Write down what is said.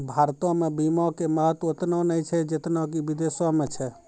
भारतो मे बीमा के महत्व ओतना नै छै जेतना कि विदेशो मे छै